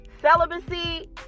Celibacy